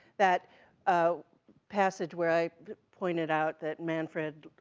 that ah passage, where i pointed out that manfred